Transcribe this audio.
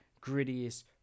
grittiest